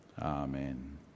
amen